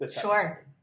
sure